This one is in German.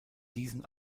diesen